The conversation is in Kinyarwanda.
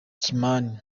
kimani